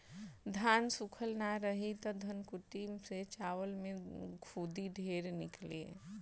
धान सूखल ना रही त धनकुट्टी से चावल में खुद्दी ढेर निकली